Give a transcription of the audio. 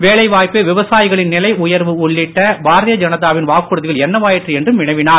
வேலை வாய்ப்பு விவசாயிகளின் நிலை உயர்வு உள்ளிட்ட பாரதீய ஜனதாவின் வாக்குறுதிகள் என்னவாயிற்று என்றும் வினவினார்